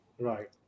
Right